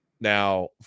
now